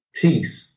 peace